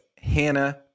hannah